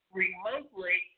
remotely